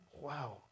Wow